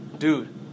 dude